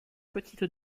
petite